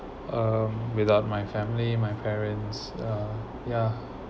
uh without my family my parents uh ya